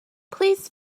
please